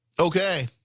Okay